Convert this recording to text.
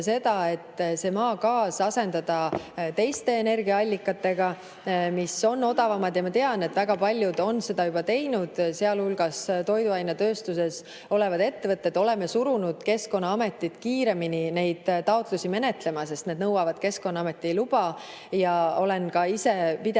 seda, et maagaas asendada teiste energiaallikatega, mis on odavamad. Ma tean, et väga paljud on seda juba teinud, sealhulgas toiduainetööstuse ettevõtted. Oleme surunud Keskkonnaametit kiiremini neid taotlusi menetlema, sest see nõuab Keskkonnaameti luba. Olen ka ise pidevalt